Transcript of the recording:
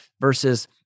versus